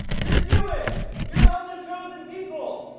you're jewish! you're of the chosen people!